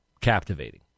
captivating